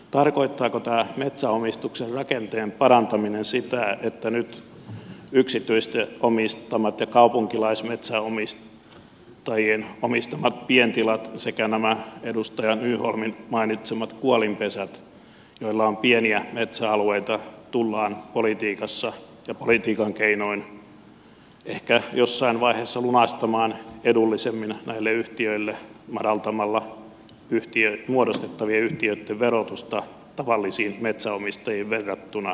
tarkoittaako tämä metsänomistuksen rakenteen parantaminen sitä että nyt yksityisten omistamat ja kaupunkilaismetsänomistajien omistamat pientilat sekä nämä edustaja nylundin mainitsemat kuolinpesät joilla on pieniä metsäalueita tullaan politiikassa ja politiikan keinoin ehkä jossain vaiheessa lunastamaan edullisemmin näille yhtiöille madaltamalla muodostettavien yhtiöitten verotusta tavallisiin metsänomistajiin verrattuna